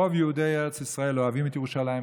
רוב יהודי ארץ ישראל אוהבים את ירושלים,